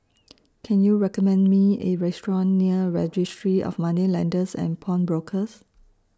Can YOU recommend Me A Restaurant near Registry of Moneylenders and Pawnbrokers